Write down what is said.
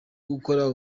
gukora